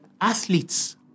athletes